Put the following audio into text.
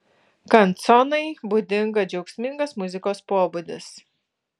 kanconai būdinga džiaugsmingas muzikos pobūdis